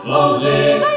Moses